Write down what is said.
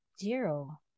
zero